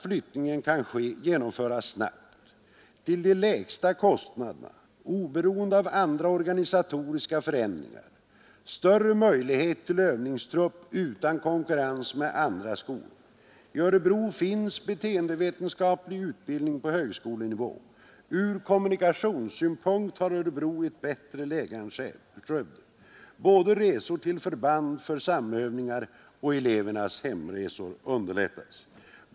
Flyttningen kan genomföras snabbt till de lägsta kostnaderna, oberoende av andra organisatoriska förändringar, och ger större möjlighet till övningstrupp utan konkurrens med andra skolor. I Örebro finns beteendevetenskaplig utbildning på högskolenivå. Från kommunikationssynpunkt har Örebro ett bättre läge än Skövde. Både resor till förband för samövningar och elevernas hemresor underlättas.